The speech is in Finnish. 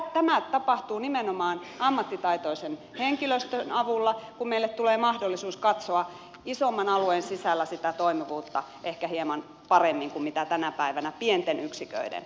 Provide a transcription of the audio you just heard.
tämä tapahtuu nimenomaan ammattitaitoisen henkilöstön avulla kun meille tulee mahdollisuus katsoa isomman alueen sisällä sitä toimivuutta ehkä hieman paremmin kuin tänä päivänä pienten yksiköiden osalta